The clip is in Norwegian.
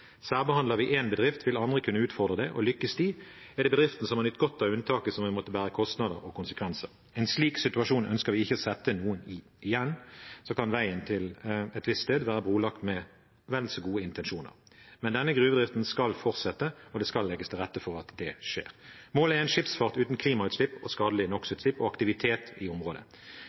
Særbehandler vi én bedrift, vil andre kunne utfordre det, og lykkes de, er det bedriften som har nytt godt av unntaket, som vil måtte bære kostnader og konsekvenser. En slik situasjon ønsker vi ikke å sette noen i. Igjen kan veien til et visst sted være brolagt med vel så gode intensjoner, men denne gruvedriften skal fortsette, og det skal legges til rette for at det skjer. Målet er en skipsfart uten klimautslipp og skadelig NO X -utslipp, og aktivitet i